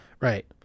Right